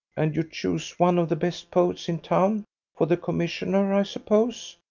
and you chose one of the best poets in town for the commissioner, i suppose?